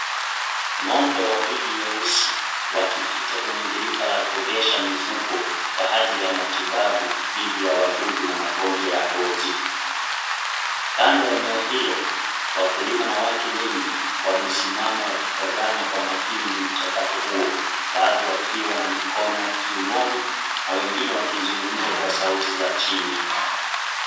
Ng'ombe wawili weusi wakipita kwenye birika la kuogesha mifugo kwa ajili ya matibabu dhidi ya wadudu na magonjwa ya ngozi. Kando ya eneo hilo, wakulima na watu wengi wamesimama wakitazama kwa makini mchakato huo. Baadhi wakiwa Wana mikono ikiwa kiunoni na wengine wakizungumza kwa sauti ya chini.